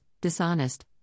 dishonest